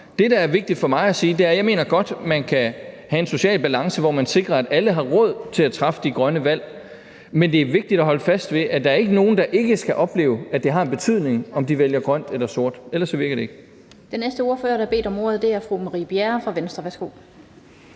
Det, der er vigtigt for mig at sige, er, at jeg godt mener, at man kan have en social balance, hvor man sikrer, at alle har råd til at træffe de grønne valg, men det er vigtigt at holde fast i, at der ikke er nogen, der ikke skal opleve, at det har en betydning, om de vælger grønt eller sort. Ellers virker det ikke.